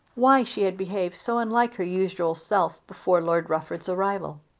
why she had behaved so unlike her usual self before lord rufford's arrival,